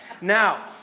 Now